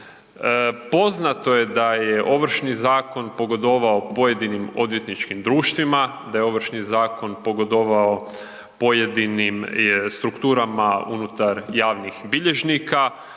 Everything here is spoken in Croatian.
Poznato je da je Ovršni zakon pogodovao pojedinim odvjetničkim društvima, da je Ovršni zakon pogodovao pojedinim strukturama unutar javnih bilježnika,